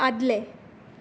आदलें